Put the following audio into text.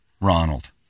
Ronald